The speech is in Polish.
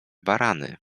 barany